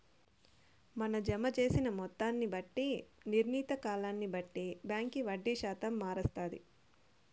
మన జమ జేసిన మొత్తాన్ని బట్టి, నిర్ణీత కాలాన్ని బట్టి బాంకీ వడ్డీ శాతం మారస్తాది